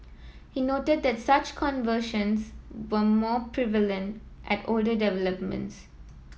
he noted that such conversions were more prevalent at older developments